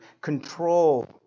control